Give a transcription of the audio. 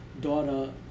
daughter